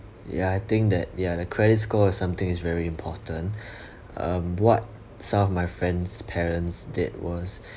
ya I think that ya the credit score or something is very important um what some of my friend's parents did was